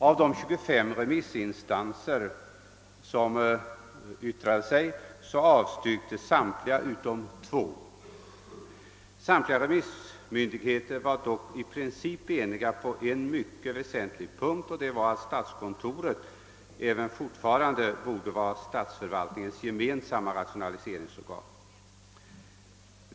Av de 25 remissinstanser som yttrade sig avstyrkte samtliga utom två. Alla remissmyndigheter var dock i princip eniga på en mycket väsentlig punkt, nämligen att statskontoret även i fortsättningen borde vara statsförvaltning ens gemensamma rationaliseringsorgan.